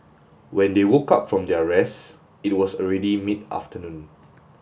when they woke up from their rest it was already mid afternoon